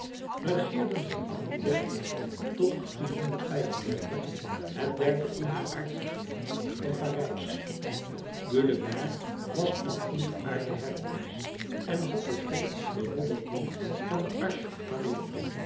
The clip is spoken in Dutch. regeerden van tot het derde onderaardsche gewelf van parijs gueulemer was een ontaarde hercules en had tot hol den modderpoel van de